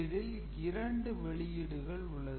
இதில் இரண்டு வெளியீடுகள் உள்ளது